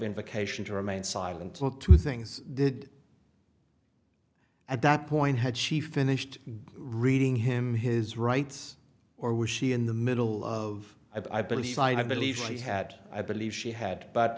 invocation to remain silent look to things did at that point had she finished reading him his rights or was she in the middle of i believe i believe she had i believe she had but